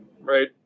right